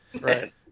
Right